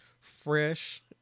fresh